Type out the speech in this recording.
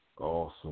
Awesome